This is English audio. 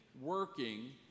working